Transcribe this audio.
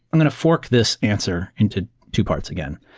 i'm going to fork this answer into two parts again.